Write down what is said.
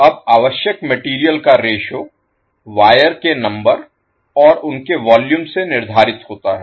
अब आवश्यक मटेरियल का रेश्यो वायर के नंबर और उनके वॉल्यूम से निर्धारित होता है